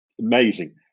Amazing